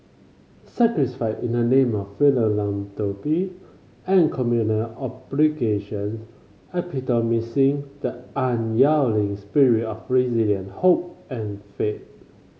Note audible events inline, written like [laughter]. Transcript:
[unintelligible] in the name of philanthropy and communal obligations epitomising the unyielding spirit of resilience hope and faith